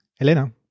Elena